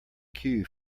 cue